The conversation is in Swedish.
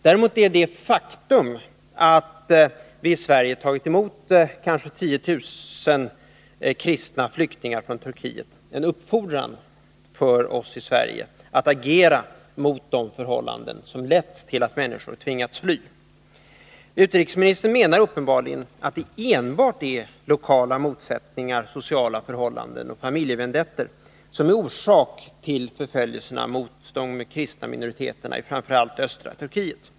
Däremot är det faktum att vi i Sverige tagit emot kanske 10 000 kristna flyktingar från Turkiet en uppfordran för oss att agera mot de förhållanden som tvingat människor att fly. Utrikesministern menar uppenbarligen att det enbart är lokala motsättningar, sociala förhållanden och familjevendettor som är orsak till förföljelserna mot de kristna minoriteterna i framför allt östra Turkiet.